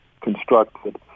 constructed